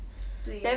对 lor